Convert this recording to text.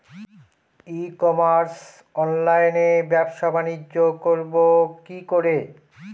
ই commerce অনলাইনে ব্যবসা বানিজ্য করব কি করে?